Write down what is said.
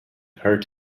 hurt